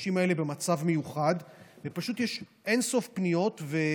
בחודשים האלה במצב מיוחד ופשוט יש אין-סוף פניות.